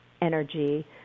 energy